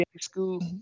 school